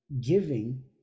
giving